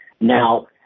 Now